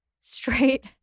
straight